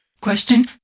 Question